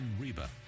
Reba